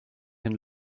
can